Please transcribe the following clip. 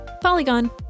polygon